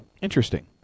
Interesting